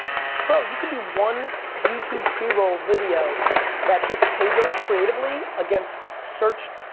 bro, you can do one youtube pre-roll video that hits pay dirt, creatively, against search,